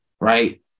right